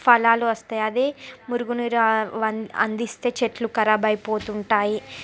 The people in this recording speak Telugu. ఫలాలు వస్తాయి అది మురుగునీరు అంద్ అందిస్తే చెట్లు ఖరాబైపోతుంటాయి